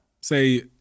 Say